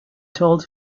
told